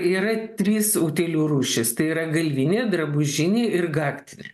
yra trys utėlių rūšys tai yra galvinė drabužinė ir gaktinė